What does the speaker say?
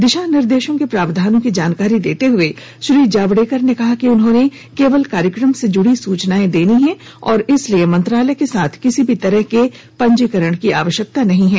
दिशा निर्देशों के प्रावधानों की जानकारी देते हुए श्री जावड़ेकर ने कहा कि उन्होंने केवल कार्यक्रम से जुड़ी सूचनाएं देनी है और इसलिए मंत्रालय के साथ किसी भी तरह के पंजीकरण की आवश्यकता नहीं है